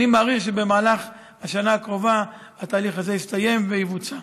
אני מעריך שבמהלך השנה הקרובה התהליך הזה יסתיים ויבוצע.